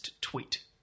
tweet